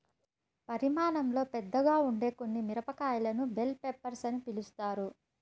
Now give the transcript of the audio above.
పరిమాణంలో పెద్దగా ఉండే కొన్ని మిరపకాయలను బెల్ పెప్పర్స్ అని పిలుస్తారు